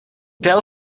tell